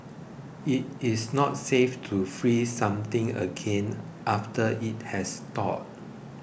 it is not safe to freeze something again after it has thawed